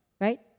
Right